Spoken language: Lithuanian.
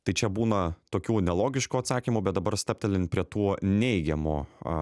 tai čia būna tokių nelogiškų atsakymų bet dabar stabtelin prie tuo neigiamų